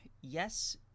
yes